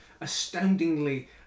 astoundingly